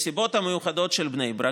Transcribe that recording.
מהסיבות המיוחדות של בני ברק,